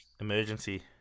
emergency